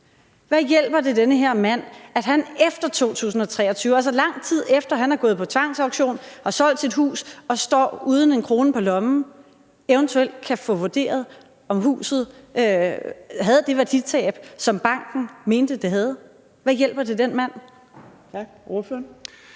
den her mand, at han efter 2023, altså lang tid efter at hans hus er gået på tvangsauktion og han har solgt sit hus og står uden en krone på lommen, eventuelt kan få vurderet, om huset havde det værditab, som banken mente det havde? Hvad hjælper det den mand?